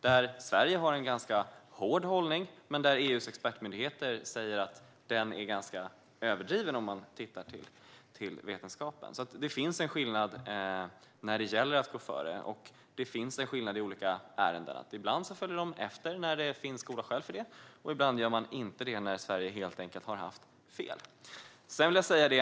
Där har Sverige en ganska hård hållning, men EU:s expertmyndigheter säger att den är ganska överdriven sett till vetenskapen. Det finns alltså skillnader mellan olika ärenden när det gäller att gå före. Ibland följer EU efter för att det finns goda skäl till det. Ibland gör man inte det på grund av att Sverige helt enkelt har haft fel.